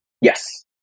Yes